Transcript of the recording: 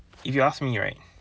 if you ask me right